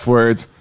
Words